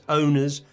owners